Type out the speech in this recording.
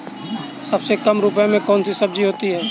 सबसे कम रुपये में कौन सी सब्जी होती है?